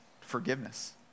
forgiveness